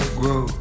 grow